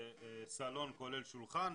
סלון כולל שולחן,